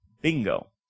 Bingo